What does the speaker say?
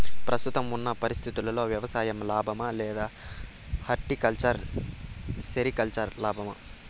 ప్రస్తుతం ఉన్న పరిస్థితుల్లో వ్యవసాయం లాభమా? లేదా హార్టికల్చర్, సెరికల్చర్ లాభమా?